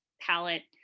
palette